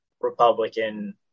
republican